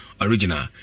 original